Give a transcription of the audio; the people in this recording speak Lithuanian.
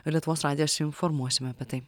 lietuvos radijas informuosime apie tai